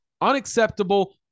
Unacceptable